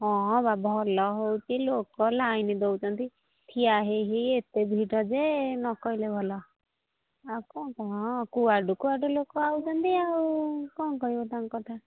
ହଁ ବା ଭଲ ହେଉଛି ଲୋକ ଲାଇନ୍ ଦେଉଛନ୍ତି ଠିଆ ହେଇ ହେଇ ଏତେ ଭିଡ଼ ଯେ ନ କହିଲେ ଭଲ ଆଉ କ'ଣ କ'ଣ କୁଆଡ଼ୁ କୁଆଡ଼ୁ ଲୋକ ଆଉଛନ୍ତି ଆଉ କ'ଣ କହିବ ତାଙ୍କ କଥା